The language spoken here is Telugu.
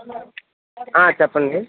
చెప్పండి